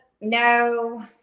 No